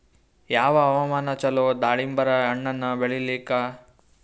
ಯಾವ ಹವಾಮಾನ ಚಲೋ ದಾಲಿಂಬರ ಹಣ್ಣನ್ನ ಬೆಳಿಲಿಕ?